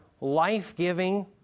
life-giving